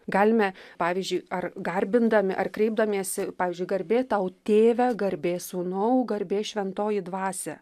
galime pavyzdžiui ar garbindami ar kreipdamiesi pavyzdžiui garbė tau tėve garbė sūnau garbė šventoji dvasia